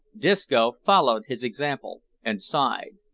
disco followed his example, and sighed.